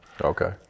Okay